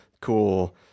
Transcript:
cool